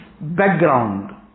background